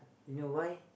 you know why